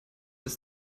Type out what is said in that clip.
des